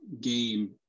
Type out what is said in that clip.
game